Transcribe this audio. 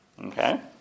Okay